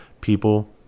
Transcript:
people